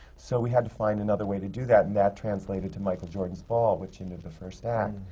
so we had to find another way to do that, and that translated to michael jordan's ball, which ended the first act,